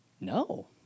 No